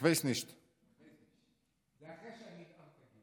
איך וייס נישט.